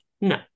No